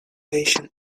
patient